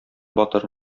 батыр